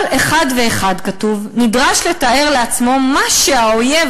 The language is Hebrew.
"כל אחד ואחד נדרש לתאר לעצמו מה שהאויב